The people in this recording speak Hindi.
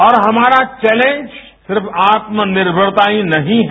और हमारा चौलेंज सिर्फ आत्मनिर्भरता ही नहीं है